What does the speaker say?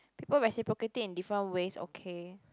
people reciprocating in different ways okay